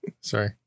Sorry